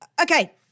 Okay